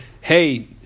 hey